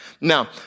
Now